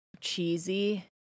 cheesy